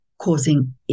causing